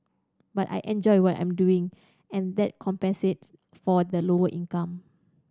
but I enjoy what I'm doing and that compensates for the lower income